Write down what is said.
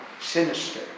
sinister